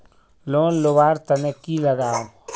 Loan लुवा र तने की लगाव?